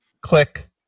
click